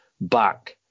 back